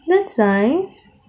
that's nice